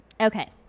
Okay